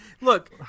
Look